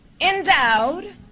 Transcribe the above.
endowed